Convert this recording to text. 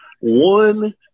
One